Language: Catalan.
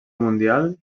mundial